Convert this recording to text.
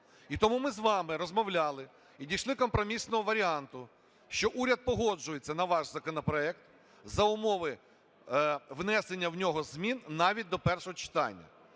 І тому ми з вами розмовляли і дійшли компромісного варіанту, що уряд погоджується на ваш законопроект за умови внесення в нього змін навіть до першого читання.